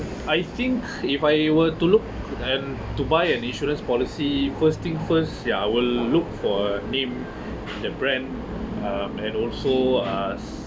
I think if I were to look and to buy an insurance policy first thing first ya I will look for a name the brand um and also uh